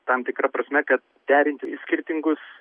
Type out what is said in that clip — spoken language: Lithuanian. tam tikra prasme kad derinti skirtingus